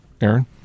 Aaron